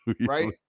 right